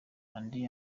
andi